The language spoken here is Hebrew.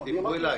דיברו אליי.